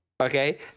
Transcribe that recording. okay